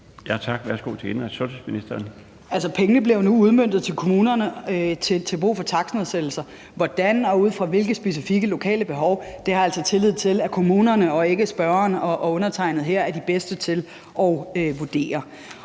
sundhedsministeren (Sophie Løhde): Pengene bliver jo nu udmøntet til kommunerne til brug for takstnedsættelser. Hvordan og ud fra hvilke specifikke lokale behov det kommer til at ske, har jeg altså tillid til at kommunerne og ikke spørgeren og undertegnede her er de bedste til at vurdere.